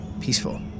Peaceful